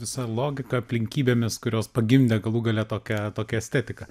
visa logika aplinkybėmis kurios pagimdė galų gale tokią tokią estetiką